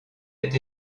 est